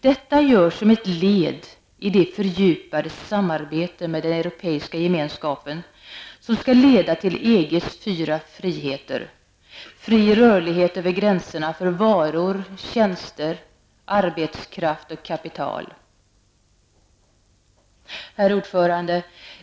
Detta görs som ett led i det fördjupade samarbete med den Europeiska gemenskapen som skall leda till EGs fyra friheter -- fri rörlighet över gränserna för varor, tjänster, arbetskraft och kapital. Herr talman!